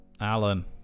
Alan